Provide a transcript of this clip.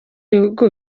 bihugu